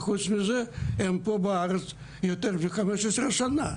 והם הם פה בארץ יותר מ-15 שנים,